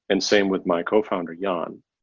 and same with my cofounder yeah ah and